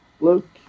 Luke